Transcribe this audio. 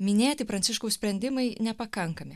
minėti pranciškaus sprendimai nepakankami